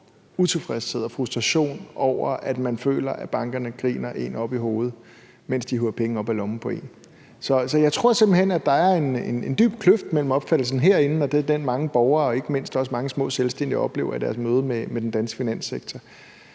og frustration over, at man føler, at bankerne griner en op i hovedet, mens de hiver penge op af lommen på en. Så jeg tror simpelt hen, at der er en dyb kløft mellem opfattelsen herinde og den opfattelse, som mange borgere og ikke mindst også mange små selvstændige har af oplevelsen med deres møde med den danske finanssektor.